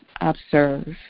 observe